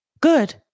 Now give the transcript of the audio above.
good